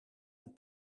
een